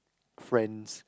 friends